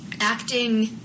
acting